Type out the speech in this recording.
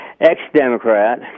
ex-Democrat